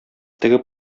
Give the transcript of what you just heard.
теге